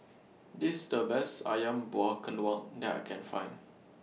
This The Best Ayam Buah Keluak that I Can Find